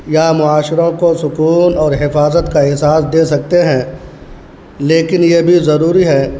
یا معاشروں کو سکون اور حفاظت کا احساس دے سکتے ہیں لیکن یہ بھی ضروری ہے